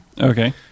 Okay